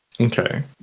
Okay